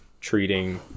treating